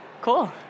Cool